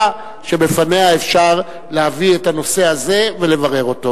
שבפניה אפשר להביא את הנושא הזה ולברר אותו.